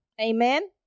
Amen